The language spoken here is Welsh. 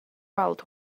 gweld